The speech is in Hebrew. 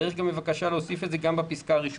צריך בבקשה להוסיף גם בפסקה (1)